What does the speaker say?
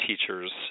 teachers